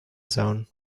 zone